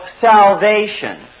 salvation